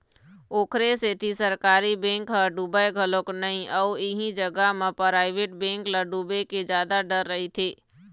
ओखरे सेती सरकारी बेंक ह डुबय घलोक नइ अउ इही जगा म पराइवेट बेंक ल डुबे के जादा डर रहिथे